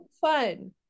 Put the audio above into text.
fun